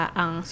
ang